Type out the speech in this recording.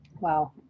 wow